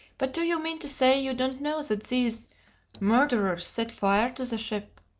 but do you mean to say you don't know that these murderers set fire to the ship?